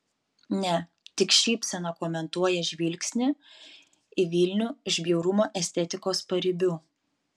ne tik šypsena komentuoja žvilgsnį į vilnių iš bjaurumo estetikos paribių